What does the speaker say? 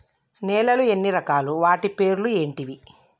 నేలలు ఎన్ని రకాలు? వాటి పేర్లు ఏంటివి?